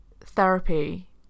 therapy